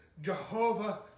Jehovah